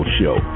show